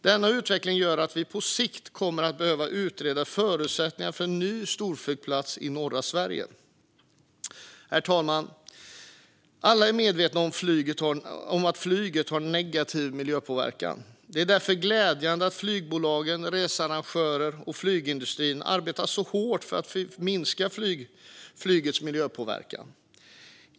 Denna utveckling gör att vi på sikt kommer att behöva utreda förutsättningarna för en ny storflygplats i norra Sverige. Herr talman! Alla är medvetna om att flyget har en negativ miljöpåverkan. Därför är det glädjande att flygbolag, researrangörer och flygindustri arbetar så hårt för att minska flygets miljöpåverkan.